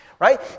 right